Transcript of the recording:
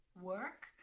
work